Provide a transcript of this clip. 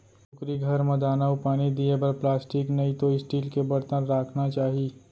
कुकरी घर म दाना अउ पानी दिये बर प्लास्टिक नइतो स्टील के बरतन राखना चाही